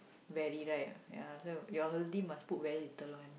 very right ya so your must put very little one